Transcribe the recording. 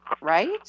Right